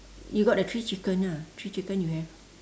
you got the three chicken ah three chicken you have